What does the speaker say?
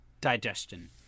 Digestion